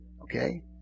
okay